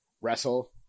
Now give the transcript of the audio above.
wrestle